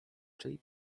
czyj